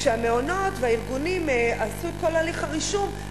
כשהמעונות והארגונים עשו את כל הליך הרישום,